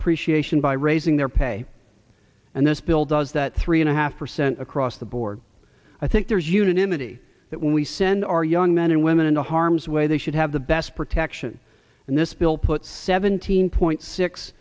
appreciation by raising their pay and this bill does that three and a half percent across the board i think there's unanimity that when we send our young men and women into harm's way they should have the best protection and this bill puts seventeen point six